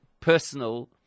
personal